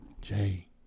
Jay